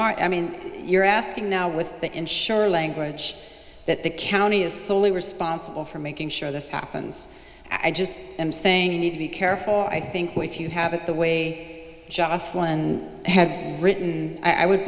are i mean you're asking now with the insurer language that the county is solely responsible for making sure this happens i just am saying you need to be careful i think what if you have it the way joslin have written i would